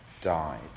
died